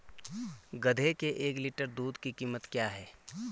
गधे के एक लीटर दूध की कीमत क्या है?